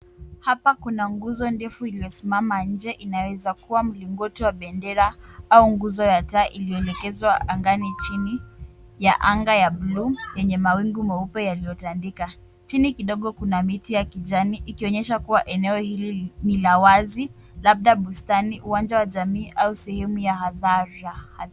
Hapa kuna nguzo ndefu iliyosimama nje inaweza kuwa mlingoto wa bendera au nguzo ya taa iliyoendekezwa angani chini. Ya anga ya bluu yenye mawingu meupe yaliyotandika. Chini kidogo kuna miti ya kijani ikionyesha kuwa eneo hili ni la wazi labda bustani, uwanja wa jamii au sehemu ya hadhara.